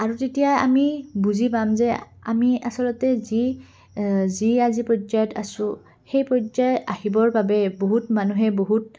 আৰু তেতিয়া আমি বুজি পাম যে আমি আচলতে যি যি আজি পৰ্যায়ত আছোঁ সেই পৰ্যায়ত আহিবৰ বাবে বহুত মানুহে বহুত